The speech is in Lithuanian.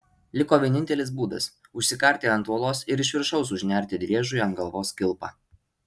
liko vienintelis būdas užsikarti ant uolos ir iš viršaus užnerti driežui ant galvos kilpą